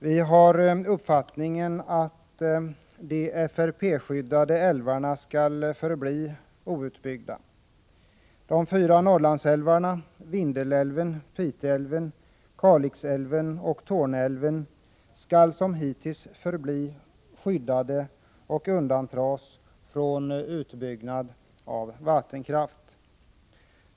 Vi har uppfattningen att de FRP-skyddade älvarna skall förbli outbyggda. De fyra Norrlandsälvarna, Vindelälven, Piteälven, Kalixälven och Torneälven, skall som hittills förbli skyddade och undandras från utbyggnad av vattenkraft.